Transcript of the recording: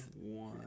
one